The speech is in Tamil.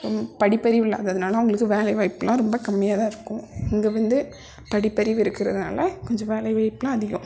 படிப்பறிவு இல்லாததுனால் அவங்களுக்கு வேலை வாய்ப்பெலாம் ரொம்ப கம்மியாக தான் இருக்கும் இங்கே வந்து படிப்பறிவு இருக்கிறதுனால கொஞ்சம் வேலை வாய்ப்பெலாம் அதிகம்